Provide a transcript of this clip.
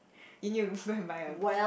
and you go and buy a